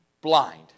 blind